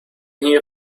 here